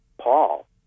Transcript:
Paul